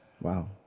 wow